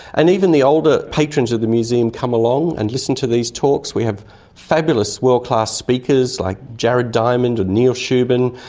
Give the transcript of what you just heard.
and even the older patrons of the museum come along and listen to these talks. we have fabulous world-class speakers like jared diamond and neil shubin.